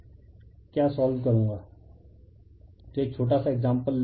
refer slide time 3246 तो एक छोटा सा एक्साम्पल लें